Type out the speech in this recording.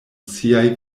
siaj